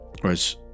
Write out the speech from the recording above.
whereas